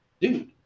Dude